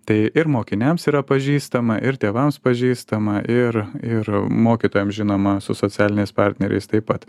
tai ir mokiniams yra pažįstama ir tėvams pažįstama ir ir mokytojams žinoma su socialiniais partneriais taip pat